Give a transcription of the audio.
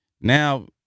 Now